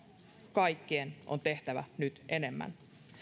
kaikkien on tehtävä nyt enemmän